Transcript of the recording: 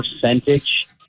percentage